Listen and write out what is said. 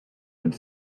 would